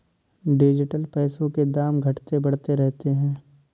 digital पैसों के दाम घटते बढ़ते रहते हैं